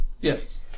Yes